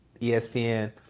ESPN